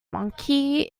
monkey